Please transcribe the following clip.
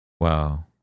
wow